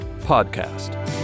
podcast